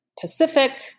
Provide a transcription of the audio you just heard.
Pacific